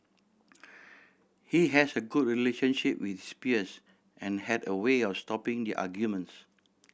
he has a good relationship with his peers and had a way of stopping their arguments